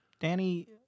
Danny